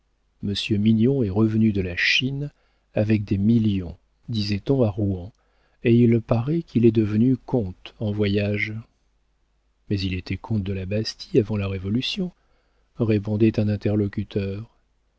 mignon est revenu de la chine avec des millions disait-on à rouen et il paraît qu'il est devenu comte en voyage mais il était comte de la bastie avant la révolution répondait un interlocuteur